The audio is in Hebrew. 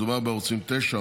מדובר בערוצים 9,